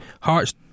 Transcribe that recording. Hearts